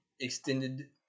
extended